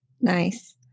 Nice